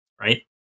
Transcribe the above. right